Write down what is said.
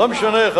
טוב, לא משנה.